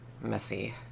messy